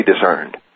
discerned